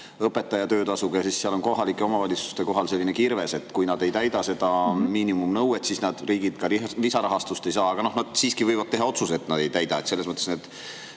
õpetaja töötasuga ja kohalike omavalitsuste kohal on selline kirves, et kui nad ei täida seda miinimumnõuet, siis nad riigilt lisarahastust ei saa. Aga nad siiski võivad teha otsuse, et nad ei täida. Selles mõttes